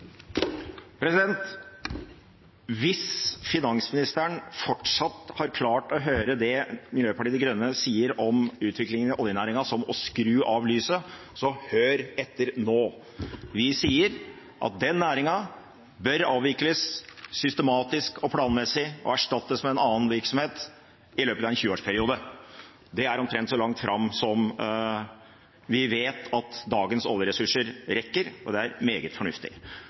Hvis finansministeren fortsatt har klart å høre det Miljøpartiet De Grønne sier om utviklingen i oljenæringen, som «å skru av lyset», så hør etter nå: Vi sier at den næringen bør avvikles systematisk og planmessig og erstattes med en annen virksomhet i løpet av en tjueårsperiode. Det er omtrent så langt fram som vi vet at dagens oljeressurser rekker, og det er meget fornuftig.